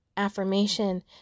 affirmation